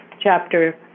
Chapter